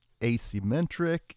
asymmetric